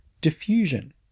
diffusion